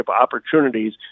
opportunities